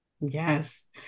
Yes